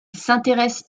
s’intéresse